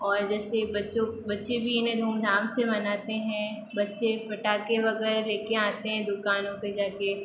और जैसे बच्चों बच्चे भी इन्हें धूम धाम से मनाते हैं बच्चे पटाके वगैरह ले के आते हैं दुकानों पे जाके